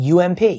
UMP